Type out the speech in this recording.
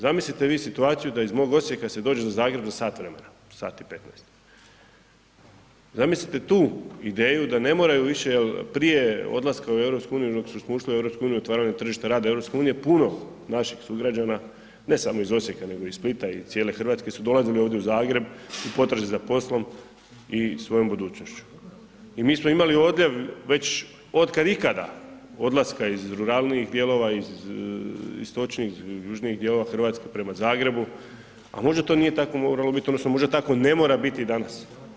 Zamislite vi situaciju da iz mog Osijeka se dođe do Zagreba za sat vremena, sat i 15, zamislite tu ideju da ne moraju više prije odlaska u EU, prije nego što smo ušli u EU, otvaranje tržišta rada EU puno naših sugrađana, ne samo iz Osijeka, nego i iz Splita i cijele RH su dolazili ovdje u Zagreb u potrazi za poslom i svojom budućnošću i mi smo imali odljev već otkad ikada odlaska iz ruralnih dijelova, iz istočnijih južnijih dijelova RH prema Zagrebu, a možda to nije tako moralo bit odnosno možda tako ne mora biti i danas.